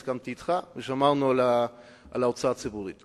הסכמתי אתך ושמרנו על ההוצאה הציבורית.